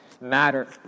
matter